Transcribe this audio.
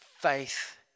faith